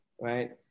right